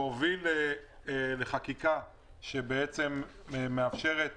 והוא הוביל לחקיקה שמאפשרת